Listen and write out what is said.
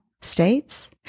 states